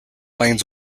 lanes